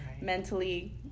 mentally